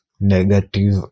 Negative